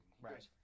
Right